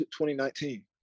2019